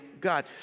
God